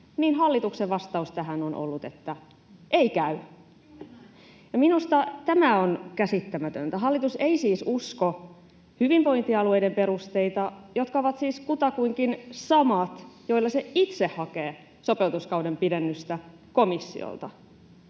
niin hallituksen vastaus tähän on ollut, että ei käy. [Pia Lohikoski: Juuri näin!] Minusta tämä on käsittämätöntä. Hallitus ei siis usko hyvinvointialueiden perusteita, jotka ovat siis kutakuinkin samat, joilla se itse hakee sopeutuskauden pidennystä komissiolta.